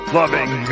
loving